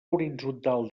horitzontal